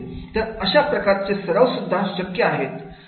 तर अशा प्रकारचे सराव सुद्धा शक्य आहेत